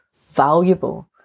valuable